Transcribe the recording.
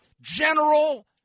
General